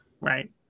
Right